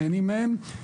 נהנים מהם,